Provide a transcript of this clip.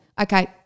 okay